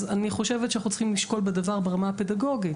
אני חושבת שאנחנו צריכים לשקול בדבר ברמה הפדגוגית,